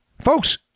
Folks